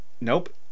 Nope